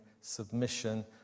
submission